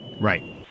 Right